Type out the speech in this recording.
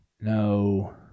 No